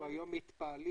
אנחנו היום מתפעלים,